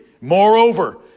Moreover